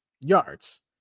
yards